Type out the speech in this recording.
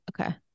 Okay